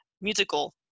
musical